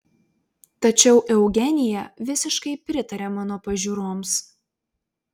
tačiau eugenija visiškai pritarė mano pažiūroms